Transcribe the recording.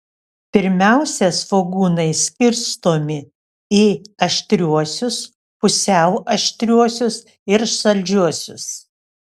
pirmiausia svogūnai skirstomi į aštriuosius pusiau aštriuosius ir saldžiuosius